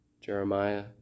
Jeremiah